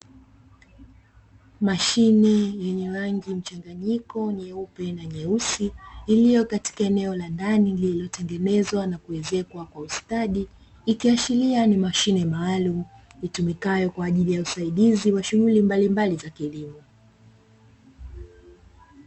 Mashine yenye rangi mchanganyiko nyeupe na nyeusi, iliyo katika eneo la ndani lililotengenezwa na kuezekwa kwa kwa ustadi, ikiashiria ni mashine maalumu itumikayo kwa ajili ya usaidizi wa shughuli mbalimbali za kilimo.